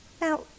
Now